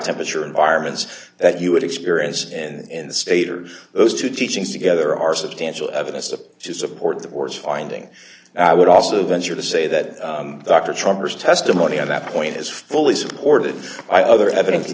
temperature environments that you would experience and the state or those two teachings together are substantial evidence to support the board's finding and i would also venture to say that dr trucker's testimony on that point is fully supported by other eviden